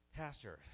pastor